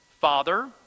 father